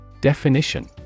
Definition